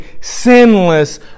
sinless